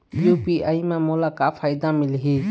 UPI म मोला का फायदा मिलही?